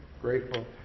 grateful